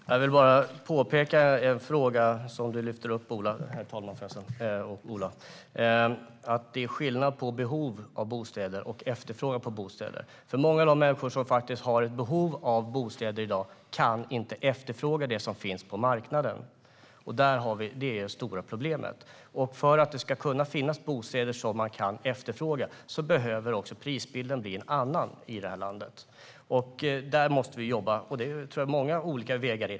Herr talman! Jag vill bara påpeka något om en fråga som du tar upp, Ola: Det är skillnad på behov av bostäder och efterfrågan på bostäder. Många av de människor som har ett behov av bostäder i dag kan inte efterfråga det som finns på marknaden. Där har vi det stora problemet. För att det ska kunna finnas bostäder som man kan efterfråga behöver också prisbilden bli en annan i det här landet. Där måste vi jobba, och det finns många olika vägar.